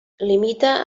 limita